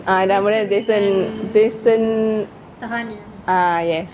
ah nama dia jason jason ah yes